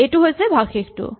এইটো হৈছে ভাগশেষটো